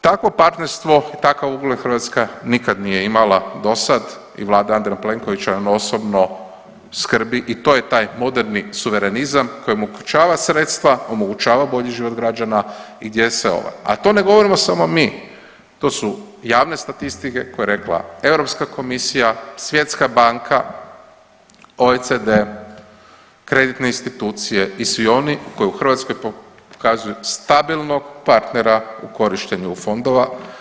Takvo partnerstvo i kakav ugled Hrvatska nikad nije imala dosad i Vlada Andreja Plenkovića i on osobno skrbi i to je taj moderni suverenizam koji mu otključava sredstva, omogućava bolji život građana i ... A to ne govorimo samo mi, to su javne statistike koje je rekla EU komisija, Svjetska banka, OECD, kreditne institucije i svi oni koji u Hrvatskoj pokazuju stabilnog partnera u korištenju EU fondova.